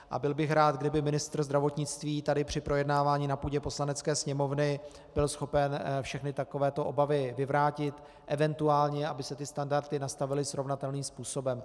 A byl bych rád, kdyby ministr zdravotnictví tady při projednávání na půdě Poslanecké sněmovny byl schopen všechny takovéto obavy vyvrátit, eventuálně aby se ty standardy nastavily srovnatelným způsobem.